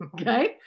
okay